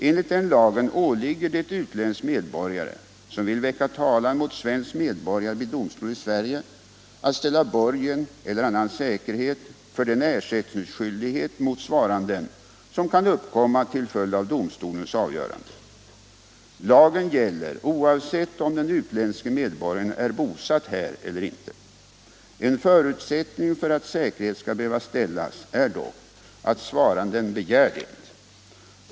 Enligt den lagen åligger det utländsk medborgare som vill väcka talan mot svensk medborgare vid domstol i Sverige att ställa borgen eller annan säkerhet för den ersättningsskyldighet mot svaranden som kan uppkomma till följd av domstolens avgörande. Lagen gäller oavsett om den utländske medborgaren är bosatt här eller inte. En förutsättning för att säkerhet skall behöva ställas är dock att svaranden begär det.